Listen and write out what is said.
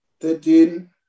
thirteen